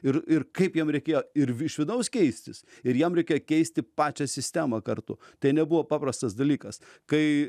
ir ir kaip jam reikėjo ir iš vidaus keistis ir jam reikėjo keisti pačią sistemą kartu tai nebuvo paprastas dalykas kai